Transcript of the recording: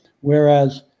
Whereas